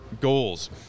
goals